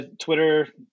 Twitter